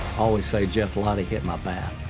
always say, jeff lahti hit my bat.